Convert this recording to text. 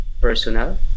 personal